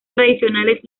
tradicionales